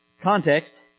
Context